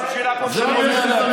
עשר שנים לא עשיתם כלום.